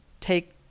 take